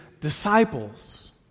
disciples